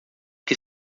que